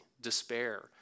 despair